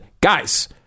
guys